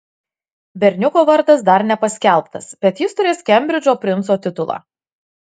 berniuko vardas dar nepaskelbtas bet jis turės kembridžo princo titulą